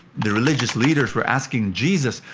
the religious leaders were asking jesus,